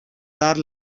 dar